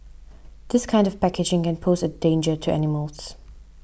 this kind of packaging can pose a danger to animals